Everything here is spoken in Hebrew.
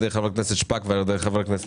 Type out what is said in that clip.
על ידי חברת הכנסת שפק וחבר הכנסת